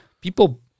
people